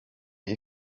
iyi